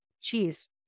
Cheese